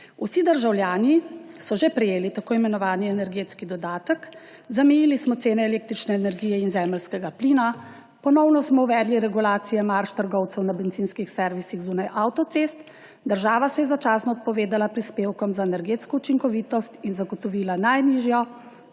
Vsi državljani so že prejeli tako imenovani energetski dodatek, zamejili smo cene električne energije in zemeljskega plina, ponovno smo uvedli regulacije marž trgovcev na bencinskih servisih zunaj avtocest, država se je začasno odpovedala prispevkom za energetsko učinkovitost in zagotovila najnižjo